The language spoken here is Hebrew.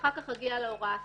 ואחר כך אגיע להוראה הספציפית.